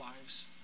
lives